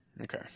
Okay